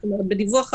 זאת אומרת בדיווח הבא.